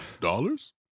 Dollars